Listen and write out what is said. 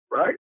right